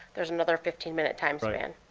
there's another fifteen minute time span.